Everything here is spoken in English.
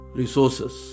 resources